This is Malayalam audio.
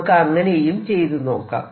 നമുക്ക് അങ്ങനെയും ചെയ്തുനോക്കാം